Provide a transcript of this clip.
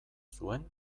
zuen